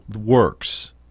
works